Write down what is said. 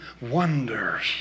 wonders